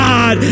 God